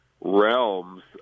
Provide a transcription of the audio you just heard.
realms